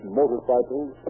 motorcycles